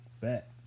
bet